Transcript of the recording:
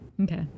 Okay